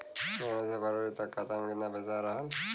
जनवरी से फरवरी तक खाता में कितना पईसा रहल?